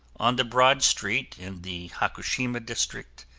on the broad street in the hakushima district,